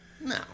No